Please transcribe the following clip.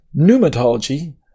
pneumatology